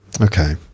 Okay